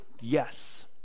yes